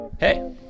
Hey